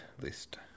list